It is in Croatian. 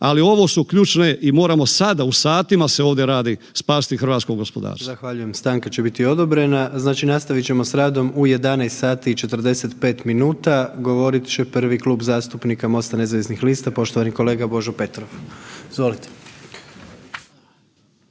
ali ovo su ključne i moramo sada, o satima se ovdje radi, spasiti hrvatsko gospodarstvo. **Jandroković, Gordan (HDZ)** Zahvaljujem. Stanka će biti odobrena. Znači nastavit ćemo s radom u 11 sati i 45 minuta. Govorit će prvi Klub zastupnika Mosta nezavisnih lista, poštovani kolega Božo Petrov, izvolite.